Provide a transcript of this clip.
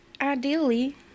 ideally